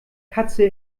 katze